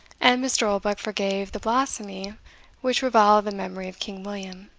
and mr. oldbuck forgave the blasphemy which reviled the memory of king william.